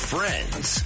Friends